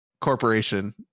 corporation